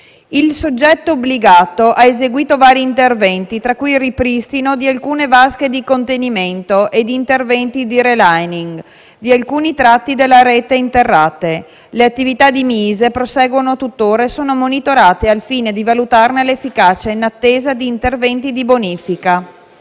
Il soggetto obbligato ha eseguito vari interventi, tra cui il ripristino di alcune vasche di contenimento ed interventi di *relining* di alcuni tratti delle reti interrate. Le attività di MISE proseguono tuttora e sono monitorate al fine di valutarne l'efficacia in attesa degli interventi di bonifica.